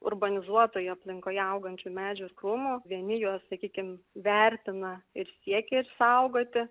urbanizuotoj aplinkoje augančių medžių ir krūmų vieni juos sakykim vertina ir siekia išsaugoti